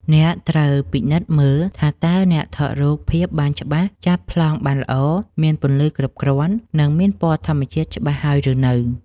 អ្នកត្រូវពិនិត្យមើល ថាតើអ្នកថតរូបភាពបានច្បាស់ ចាប់ប្លង់បានល្អ មានពន្លឺគ្រប់គ្រាន់ និងមានពណ៌ធម្មជាតិច្បាស់ហើយឬនៅ។